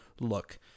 Look